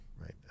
right